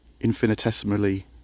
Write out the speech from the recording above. infinitesimally